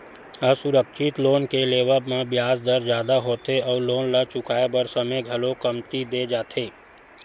असुरक्छित लोन के लेवब म बियाज दर जादा होथे अउ लोन ल चुकाए बर समे घलो कमती दे जाथे